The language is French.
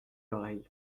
l’oreille